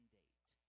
date